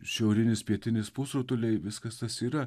šiaurinis pietinis pusrutuliai viskas tas yra